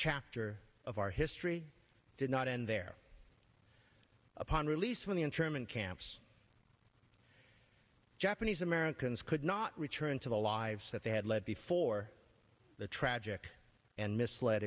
chapter of our history did not end there upon release from the internment camps japanese americans could not return to the lives that they had led before the tragic and misled